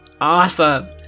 Awesome